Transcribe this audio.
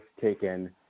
taken